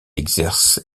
exerce